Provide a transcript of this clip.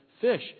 fish